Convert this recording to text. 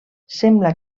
sembla